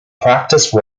practice